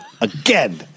Again